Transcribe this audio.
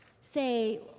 say